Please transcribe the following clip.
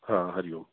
हा हरि ओम